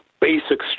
basic